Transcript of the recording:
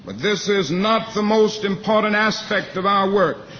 this is not the most important aspect of our work.